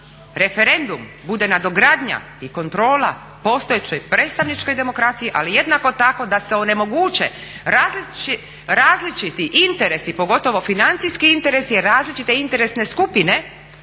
referendum bude nadogradnja i kontrola postojećoj predstavničkoj demokraciji ali jednako tako da se onemoguće različiti interesi, pogotovo financijski interesi, različite interesne skupine